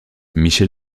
michel